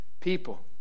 people